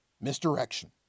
Misdirection